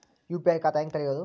UPI ಖಾತಾ ಹೆಂಗ್ ತೆರೇಬೋದು?